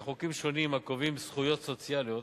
בחוקים שונים הקובעים זכויות סוציאליות,